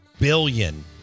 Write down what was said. billion